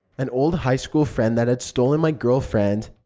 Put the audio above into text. an old high school friend that had stolen my girlfriend.